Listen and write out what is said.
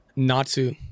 Natsu